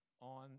On